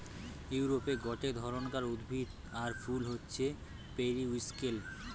ইউরোপে গটে ধরণকার উদ্ভিদ আর ফুল হচ্ছে পেরিউইঙ্কেল